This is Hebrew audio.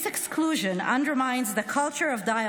This exclusion undermines the culture of dialogue